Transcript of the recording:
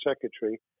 secretary